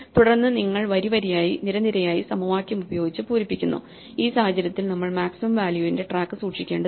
തുടർന്ന് നിങ്ങൾ വരിവരിയായി നിരനിരയായി സമവാക്യം ഉപയോഗിച്ച് പൂരിപ്പിക്കുന്നു ഈ സാഹചര്യത്തിൽ നമ്മൾ മാക്സിമം വാല്യൂവിന്റെ ട്രാക്ക് സൂക്ഷിക്കേണ്ടതില്ല